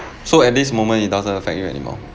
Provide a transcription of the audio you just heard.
so at this moment it doesn't affect you anymore